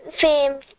fame